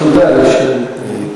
תודה לשלי.